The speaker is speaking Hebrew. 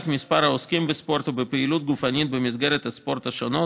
מספר העוסקים בספורט ובפעילות גופנית במסגרות הספורט השונות,